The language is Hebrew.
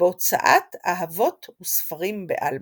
בהוצאת אהבות וספרים בעלמא.